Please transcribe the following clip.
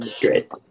great